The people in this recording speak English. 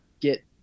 get